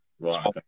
Right